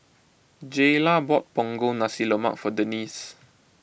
Jayla bought Punggol Nasi Lemak for Denese